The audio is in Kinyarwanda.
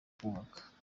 kubaka